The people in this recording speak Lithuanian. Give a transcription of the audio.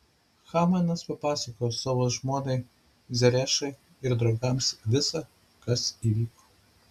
hamanas papasakojo savo žmonai zerešai ir draugams visa kas įvyko